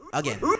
again